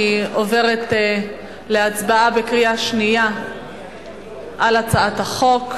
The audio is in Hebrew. אני עוברת להצבעה בקריאה שנייה על הצעת החוק.